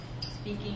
speaking